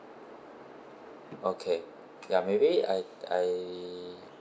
okay ya maybe I I